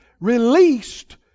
released